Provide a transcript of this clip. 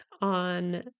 on